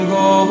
go